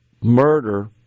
murder